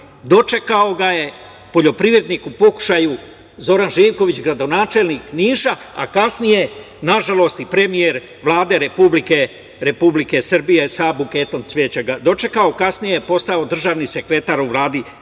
dočekao ga je poljoprivrednik u pokušaju, Zoran Živković, gradonačelnik Niša, a kasnije, nažalost i premijer Vlade Republike Srbije, sa buketom cveća ga dočekao, kasnije postao državni sekretar u Vladi